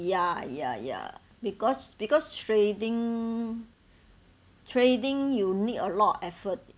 ya ya ya because because trading trading you need a lot of effort